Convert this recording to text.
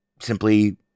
simply